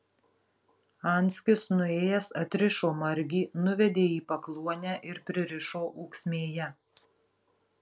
anskis nuėjęs atrišo margį nuvedė į pakluonę ir pririšo ūksmėje